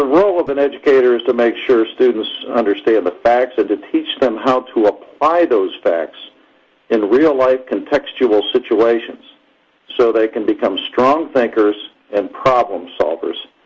ah role of an educator is to make sure students understand the facts and to teach them how to apply those facts in real-life contextual situations so they can become strong thinkers and problem solvers.